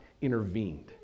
intervened